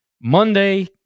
Monday